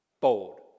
Bold